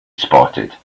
spotted